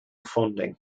funding